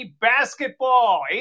basketball